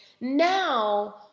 now